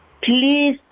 please